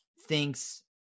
thinks